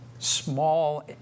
small